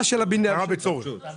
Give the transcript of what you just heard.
כבר